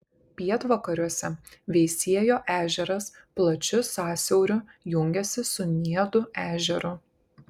pietvakariuose veisiejo ežeras plačiu sąsiauriu jungiasi su niedų ežeru